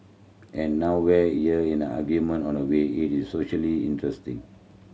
and nowhere here in an argument on a why it is interesting